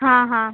हां हां